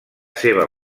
seva